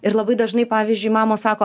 ir labai dažnai pavyzdžiui mamos sako